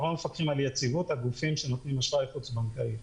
אנחנו לא מפקחים על יציבות הגופים שנותנים אשראי חוץ-בנקאי.